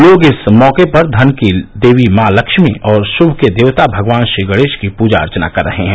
लोग इस मौके पर धन की देवी मॉ लक्ष्मी और म के देवता भगवान श्रीगणेश का पूर्जा अर्चना कर रहे हैं